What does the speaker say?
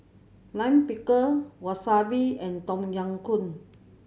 Lime Pickle Wasabi and Tom Yam Goong